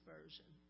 Version